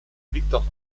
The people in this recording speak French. viktor